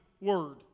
word